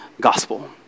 gospel